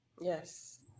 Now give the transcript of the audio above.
Yes